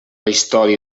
història